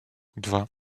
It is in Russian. два